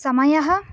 समयः